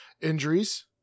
injuries